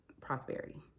prosperity